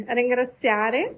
ringraziare